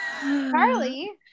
Charlie